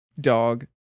dog